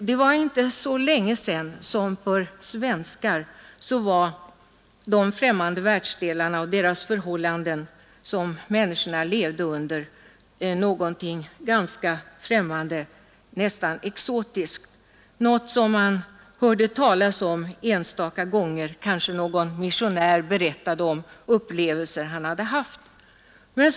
Det var inte så länge sedan de främmande världsdelarna och de förhållanden människorna där levde under var någonting nästan exotiskt för oss svenskar, något som man hörde talas om enstaka gånger, kanske då någon missionär berättade om upplevelser han hade varit med om.